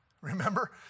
Remember